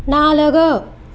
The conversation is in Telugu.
నాలుగు